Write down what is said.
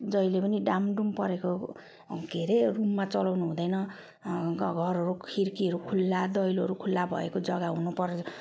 जहिले पनि डाम डुम परेको के अरे रुममा चलाउनु हुँदैन घरहरू खिडकीहरू खुल्ला दैलोहरू खुल्ला भएको जगा हुनु पर